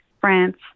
France